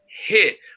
hit